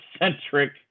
centric